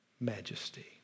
majesty